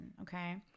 okay